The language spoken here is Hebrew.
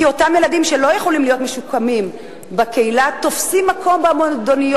כי אותם ילדים שלא יכולים להיות משוקמים בקהילה תופסים מקום במועדוניות,